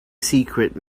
secret